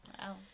Wow